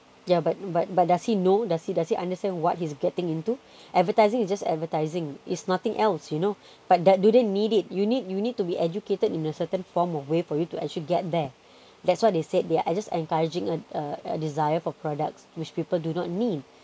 ya but but but does he know does he does he understand what he's getting into advertising is just advertising is nothing else you know but that do they need it you need you need to be educated in a certain form or way for you to actually get there that's what they said they are just encouraging uh a desire for products which people do not need